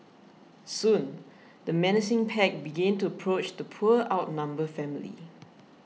soon the menacing pack began to approach the poor outnumbered family